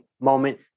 moment